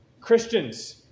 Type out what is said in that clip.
Christians